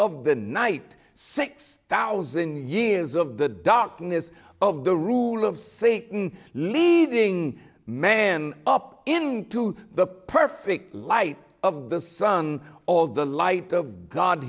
of the night six thousand years of the darkness of the rule of say leading man up into the perfect light of the sun all the light of god